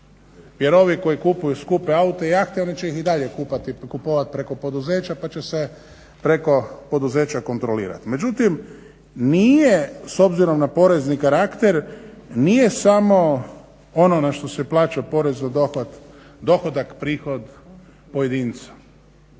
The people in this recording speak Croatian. Jer ovi koji kupuju skupe aute i jahte oni će ih i dalje kupovati preko poduzeća pa će se preko poduzeća kontrolirati. Međutim, nije s obzirom na porezni karakter nije samo ono na što se plaća porez na dohodak prihod pojedinca.